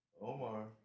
Omar